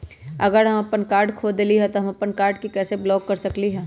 अगर हम अपन कार्ड खो देली ह त हम अपन कार्ड के कैसे ब्लॉक कर सकली ह?